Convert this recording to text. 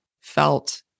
felt